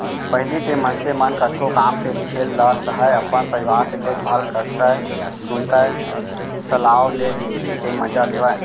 पहिली के मनसे मन कतको काम के झेल ल सहयँ, अपन परिवार के देखभाल करतए सुनता सलाव ले जिनगी के मजा लेवयँ